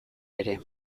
ere